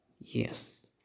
Yes